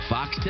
Fox